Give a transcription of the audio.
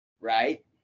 right